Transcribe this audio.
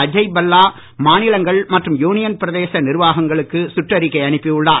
அஜய் பல்லா மாநிலங்கள் மற்றும் யூனியன் பிரதேச நிர்வாகங்களுக்கு சுற்றறிக்கை அனுப்பியுள்ளார்